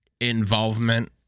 involvement